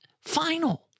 final